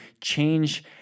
change